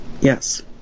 yes